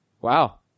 Wow